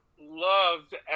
loved